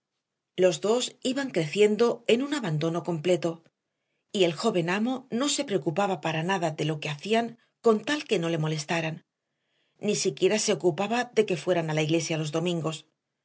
los dos iban creciendo en un abandono completo y el joven amo no se preocupaba para nada de lo que hacían con tal que no le molestaran ni siquiera se ocupaba de que fueran a la iglesia los domingos